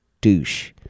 douche